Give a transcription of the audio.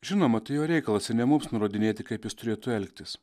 žinoma tai jo reikalas ir ne mums nurodinėti kaip jis turėtų elgtis